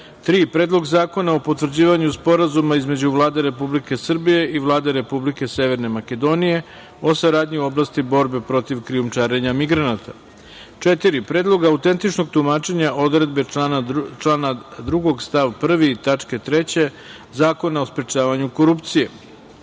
Predlog zakona o potvrđivanju Sporazuma između Vlade Republike Srbije i Vlade Republike Severne Makedonije o saradnji u oblasti borbe protiv krijumčarenja migranata,4. Predlog autentičnog tumačenja odredbe člana 2. stav 1. tačka 3) Zakona o sprečavanju korupcije,5.